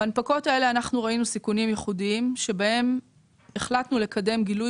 בהנפקות האלה ראינו סיכונים ייחודיים בהם החלטנו לקדם גילוי